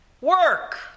work